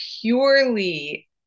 purely